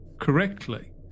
correctly